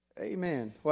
Amen